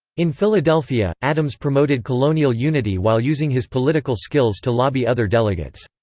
in philadelphia, adams promoted colonial unity while using his political skills to lobby other delegates.